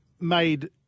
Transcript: made